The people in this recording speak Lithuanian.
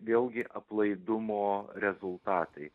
vėlgi aplaidumo rezultatai